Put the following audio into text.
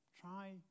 Try